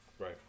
right